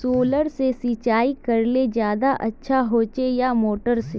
Solar से सिंचाई करले ज्यादा अच्छा होचे या मोटर से?